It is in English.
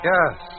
Yes